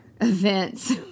events